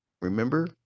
remember